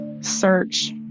search